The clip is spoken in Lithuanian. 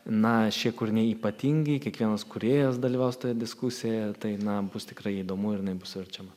na šie kūriniai ypatingi kiekvienas kūrėjas dalyvaus toje diskusijoje tai na bus tikrai įdomu ir jinai bus verčiama